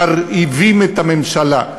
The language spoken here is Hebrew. מרעיבים את הממשלה.